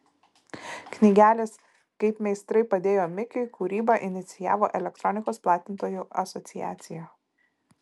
knygelės kaip meistrai padėjo mikiui kūrybą inicijavo elektronikos platintojų asociacija